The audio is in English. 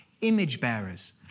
image-bearers